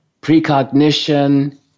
precognition